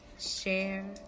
share